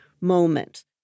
moment